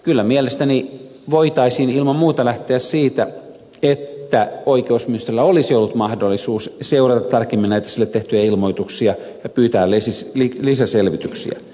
kyllä mielestäni voitaisiin ilman muuta lähteä siitä että oikeusministeriöllä olisi ollut mahdollisuus seurata tarkemmin näitä sille tehtyjä ilmoituksia ja pyytää lisäselvityksiä